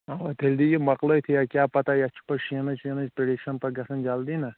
اَوا تیٚلہِ دِ یہِ مۄکلٲیِتھ یا کیٛاہ پَتَہ یَتھ چھُ پَتہٕ شیٖنِچ ویٖنٕچ پرٛٮ۪ڈِکشَن پَتہٕ گژھان جلدی نا